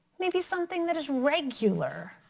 maybe something that is regular.